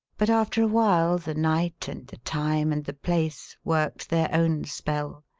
but after a while the night and the time and the place worked their own spell,